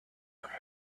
owner